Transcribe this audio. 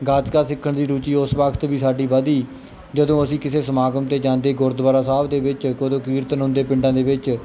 ਗੱਤਕਾ ਸਿੱਖਣ ਦੀ ਰੁਚੀ ਉਸ ਵਕਤ ਵੀ ਸਾਡੀ ਵਧੀ ਜਦੋਂ ਅਸੀਂ ਕਿਸੇ ਸਮਾਗਮ 'ਤੇ ਜਾਂਦੇ ਗੁਰਦੁਆਰਾ ਸਾਹਿਬ ਦੇ ਵਿੱਚ ਉਦੋਂ ਕੀਰਤਨ ਹੁੰਦੇ ਪਿੰਡਾਂ ਦੇ ਵਿੱਚ